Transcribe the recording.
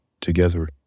together